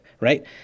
right